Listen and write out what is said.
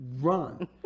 run